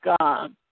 God